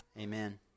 Amen